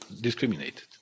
discriminated